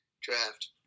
draft